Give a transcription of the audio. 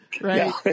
right